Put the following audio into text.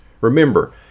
Remember